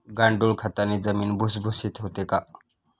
गांडूळ खताने जमीन भुसभुशीत होते का?